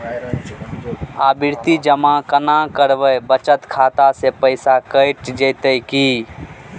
आवर्ति जमा केना करबे बचत खाता से पैसा कैट जेतै की?